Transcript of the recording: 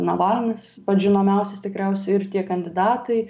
navalnas pats žinomiausias tikriausiai ir tie kandidatai